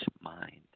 mind